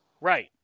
Right